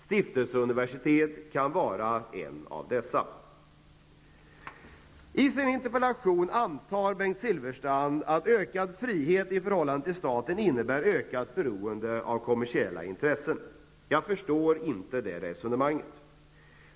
Stiftelseuniversitet kan vara en av dessa. I sin interpellation antar Bengt Silfverstrand att ökad frihet i förhållande till staten innebär ökat beroende av kommersiella intressen. Jag förstår inte det resonemanget.